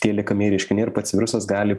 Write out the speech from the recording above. tie liekamieji reiškiniai ir pats virusas gali